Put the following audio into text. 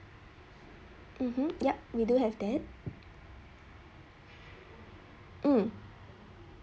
mmhmm yup we do have that um